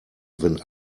wenn